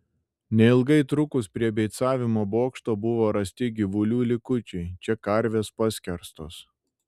neilgai trukus prie beicavimo bokšto buvo rasti gyvulių likučiai čia karvės paskerstos